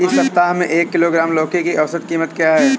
इस सप्ताह में एक किलोग्राम लौकी की औसत कीमत क्या है?